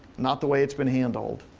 not the way it's been handled.